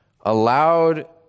allowed